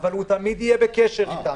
אבל הוא תמיד יהיה בקשר איתם,